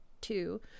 two